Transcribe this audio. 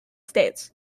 states